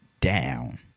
down